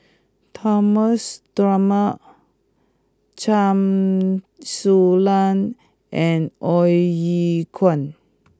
Thomas Dunman Chen Su Lan and Ong Ye Kung